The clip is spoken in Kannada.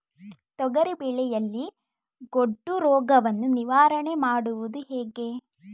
ತೊಗರಿ ಬೆಳೆಯಲ್ಲಿ ಗೊಡ್ಡು ರೋಗವನ್ನು ನಿವಾರಣೆ ಮಾಡುವುದು ಹೇಗೆ?